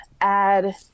add